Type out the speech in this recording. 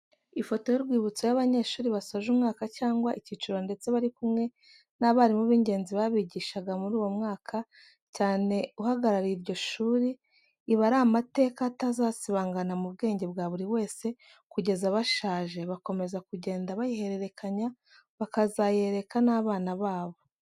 Ifoto y'urwibutso y'abanyeshuri basoje umwaka cyangwa icyiciro ndetse bari kumwe n'abarimu b'ingenzi babigishaga muri uwo mwaka cyane uhagarariye iryo shuri, iba ari amateka atazasibangana mu bwenge bwa buri wese kugeza bashaje, bakomeza kugenda bayihererekanya, bakazayereka n'abana babo.